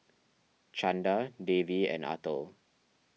Chanda Devi and Atal